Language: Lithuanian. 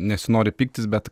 nesinori pyktis bet